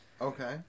Okay